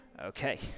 Okay